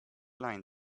line